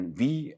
wie